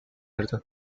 erdi